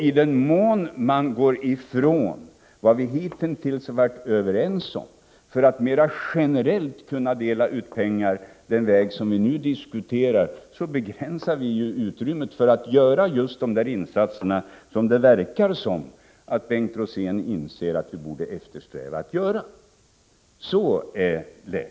I den mån man går ifrån vad vi hitintills har varit överens om för att mera generellt kunna dela ut pengar den väg som vi nu diskuterar, begränsar vi ju utrymmet för att göra just de insatser som det verkar som om Bengt Rosén inser att vi borde eftersträva att göra. Så är läget.